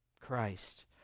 Christ